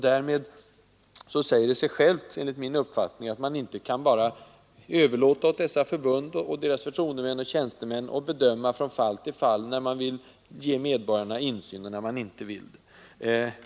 Därmed säger det sig självt, enligt min uppfattning, att vi inte kan överlåta åt dessa förbund och deras förtroendemän och tjänstemän att från fall till fall bedöma när de vill ge medborgarna insyn och när de inte vill det.